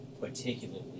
particularly